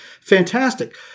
Fantastic